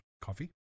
Coffee